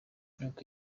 nuko